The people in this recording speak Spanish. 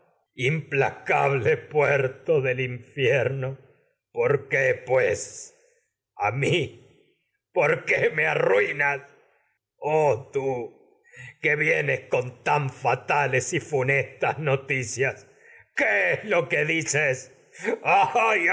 implacable puerto del infierno qué me por qué pues vienes con mi por ari uinas oh tú noticias ya que tan fatales y funestas qué has es lo que dices